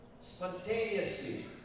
Spontaneously